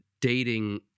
dating